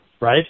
right